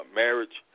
marriage